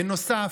בנוסף,